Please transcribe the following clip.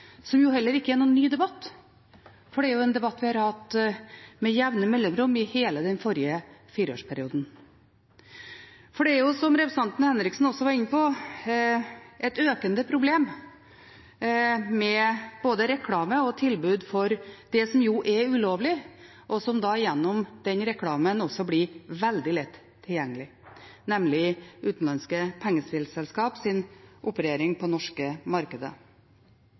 som heller ikke er noen ny debatt. Det er en debatt vi hadde med jevne mellomrom i hele den forrige fireårsperioden. Det er, som representanten Henriksen var inne på, et økende problem med både reklame for og tilbud om det som jo er ulovlig, men som gjennom reklamen blir veldig lett tilgjengelig, nemlig utenlandske pengespillselskapers operasjon i det norske markedet.